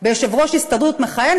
ביושב-ראש הסתדרות מכהן,